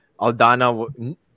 Aldana